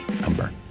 number